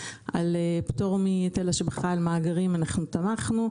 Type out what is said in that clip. על פטור מהיטל השבחה על מאגרים אנחנו תמכנו.